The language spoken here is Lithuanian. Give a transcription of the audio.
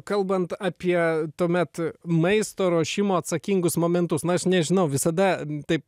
kalbant apie tuomet maisto ruošimo atsakingus momentus na aš nežinau visada taip